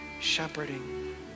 shepherding